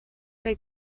wnei